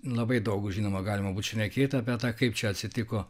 labai daug žinoma galima būt šnekėt kaip čia atsitiko